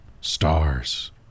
stars